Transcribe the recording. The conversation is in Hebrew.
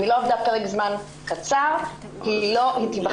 אם היא לא עבדה פרק זמן קצר היא תיבחן